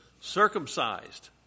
Circumcised